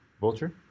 Vulture